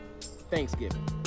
Thanksgiving